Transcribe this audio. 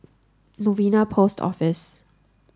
Novena Post Office